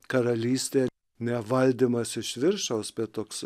karalystė ne valdymas iš viršaus toks